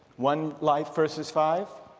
one life versus five.